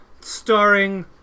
starring